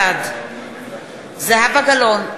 בעד זהבה גלאון,